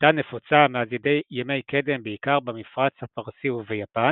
שהייתה נפוצה מאז ימי קדם בעיקר במפרץ הפרסי וביפן,